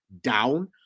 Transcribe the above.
down